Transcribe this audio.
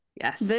Yes